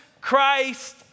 Christ